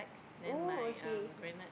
oh okay